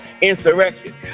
insurrection